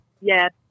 Yes